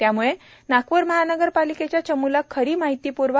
त्यामुळे नागपूर महानगरपालिकेच्या चमूला खरी माहिती प्रवा